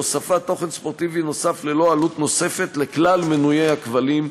הוספות תוכן ספורטיבי נוסף ללא עלות נוספת לכלל מנויי הכבלים והלוויין.